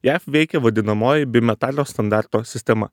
jav veikė vadinamoji bimetalio standarto sistema